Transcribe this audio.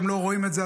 אתם לא רואים את זה,